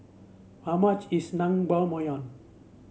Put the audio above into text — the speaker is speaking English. how much is Naengmyeon